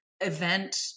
event